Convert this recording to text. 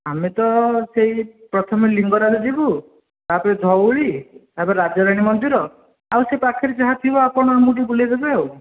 ଆମେ ତ ସେଇ ପ୍ରଥମେ ଲିଙ୍ଗରାଜ ଯିବୁ ତା'ପରେ ଧଉଳି ତା'ପରେ ରାଜାରାଣୀ ମନ୍ଦିର ଆଉ ସେ ପାଖରେ ଯାହା ଥିବ ଆପଣ ଆମକୁ ଟିକିଏ ବୁଲେଇଦେବେ ଆଉ